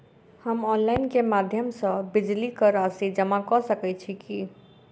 हम ऑनलाइन केँ माध्यम सँ बिजली कऽ राशि जमा कऽ सकैत छी?